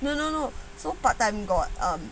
no no no so part time got um